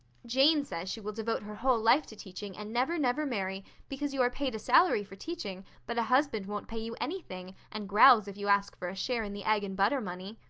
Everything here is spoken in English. jane says she will devote her whole life to teaching, and never, never marry, because you are paid a salary for teaching, but a husband won't pay you anything, and growls if you ask for a share in the egg and butter money.